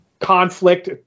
conflict